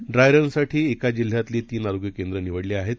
ड्रायरनसाठीएकाचजिल्ह्यातलीतीनआरोग्यकेंद्रंनिवडलीआहेत